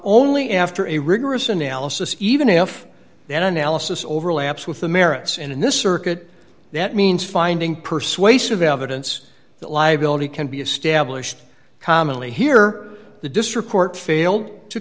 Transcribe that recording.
only after a rigorous analysis even if that analysis overlaps with the merits in this circuit that means finding persuasive evidence that liability can be established commonly here the district court failed to